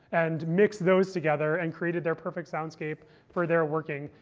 and mixed those together and created their perfect soundscape for their working.